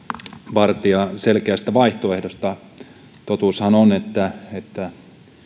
vartiaa selkeästä vaihtoehdosta totuushan on että että